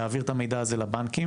להעביר את המידע הזה לבנקים,